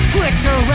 Twitter